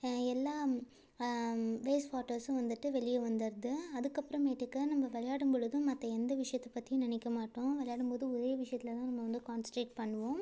எல்லா வேஸ் வாட்டர்ஸும் வந்துட்டு வெளியே வந்துடுது அதுக்கப்புறமேட்டுக்கு நம்ம விளையாடும்பொழுதும் மற்ற எந்த விஷயத்த பற்றியும் நினைக்க மாட்டோம் விளையாடும்போது ஒரே விஷயத்துல தான் நம்ம வந்து கான்ஸ்டேட் பண்ணுவோம்